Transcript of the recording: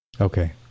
okay